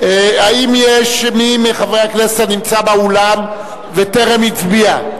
האם יש מי מחברי הכנסת שנמצא באולם וטרם הצביע?